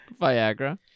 Viagra